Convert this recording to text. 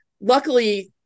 luckily